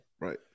Right